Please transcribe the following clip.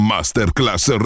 Masterclass